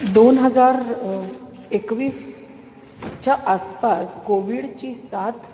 दोन हजार एकवीसच्या आसपास कोविडची साथ